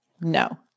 No